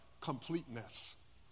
completeness